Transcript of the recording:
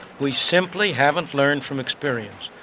we simply haven't learned from experience.